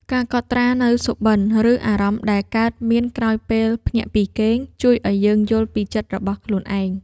ការកត់ត្រានូវសុបិន ឬអារម្មណ៍ដែលកើតមានក្រោយពេលភ្ញាក់ពីគេង ជួយឱ្យយើងយល់ពីចិត្តរបស់ខ្លួនឯង។